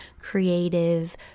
creative